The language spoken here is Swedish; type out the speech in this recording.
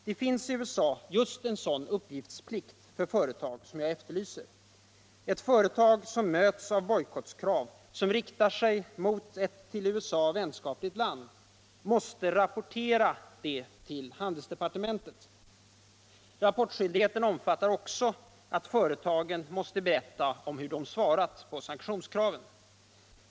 Det finns i USA just en sådan uppgiftsplikt för företag som jag efterlyser. Ett företag som möts av bojkoukrav, som riktar sig mot ett till USA vänskapligt land, måste rapportera detta till handelsdepartementet. Rapporiskyldigheten omfattar också att företagen måste berätta hur de svarat på sanktionskraven.